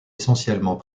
essentiellement